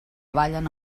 ballen